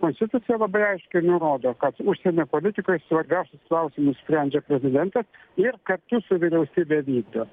konstitucija labai aiškiai nurodo kad užsienio politikoj svarbiausius klausimus sprendžia prezidentas ir kartu su vyriausybe vykdo